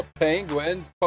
penguins